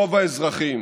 רוב האזרחים